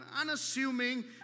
unassuming